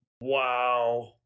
Wow